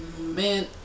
man